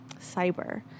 Cyber